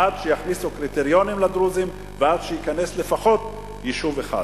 עד שיכניסו קריטריונים לדרוזים ועד שייכנס לפחות יישוב אחד.